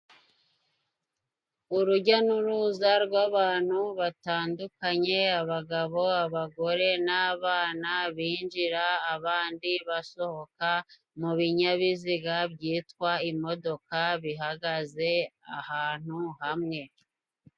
Urujya n'uruza rw'abantu batandukanye abagabo, abagore n'abana binjira abandi basohoka mu binyabiziga byitwa imodoka, bihagaze ahantu hamwe.